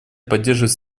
поддерживает